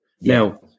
Now